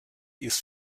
ist